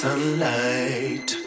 Sunlight